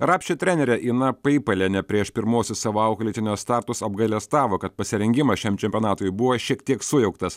rapšio trenerė ina paipalienė prieš pirmuosius savo auklėtinio startus apgailestavo kad pasirengimas šiam čempionatui buvo šiek tiek sujauktas